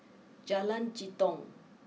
Jalan Jitong